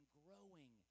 growing